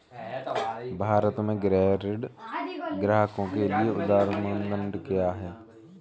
भारत में गृह ऋण ग्राहकों के लिए उधार मानदंड क्या है?